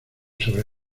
sobre